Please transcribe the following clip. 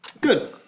Good